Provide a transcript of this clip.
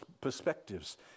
perspectives